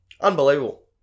Unbelievable